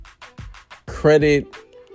credit